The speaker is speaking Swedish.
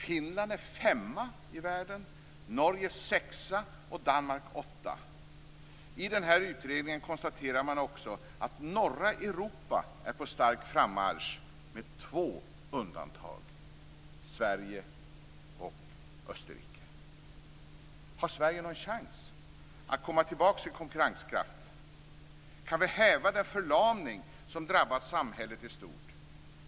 Finland är femma i världen, Norge sexa och Danmark åtta. I den här utredningen konstaterar man också att norra Europa är på stark frammarsch med två undantag: Sverige och Har Sverige någon chans att komma tillbaka till konkurrenskraft? Kan vi häva den förlamning som drabbat samhället i stort?